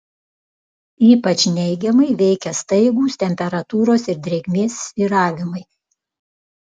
ypač neigiamai veikia staigūs temperatūros ir drėgmės svyravimai